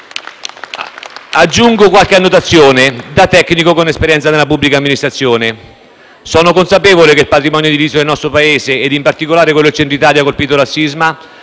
Aggiungo qualche annotazione da tecnico con esperienza nella pubblica amministrazione: sono consapevole che il patrimonio edilizio del nostro Paese, e in particolare quello del Centro Italia colpito dal sisma,